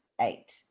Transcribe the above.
eight